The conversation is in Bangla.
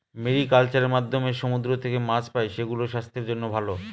মেরিকালচার এর মাধ্যমে সমুদ্র থেকে মাছ পাই, সেগুলো স্বাস্থ্যের জন্য ভালো